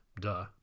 duh